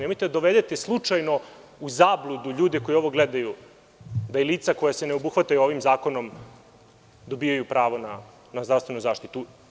Nemojte da dovedete slučajno u zabludu ljude koji ovo gledaju da i lica koja se neobuhvataju ovim zakonom dobijaju pravo na zdravstvenu zaštitu.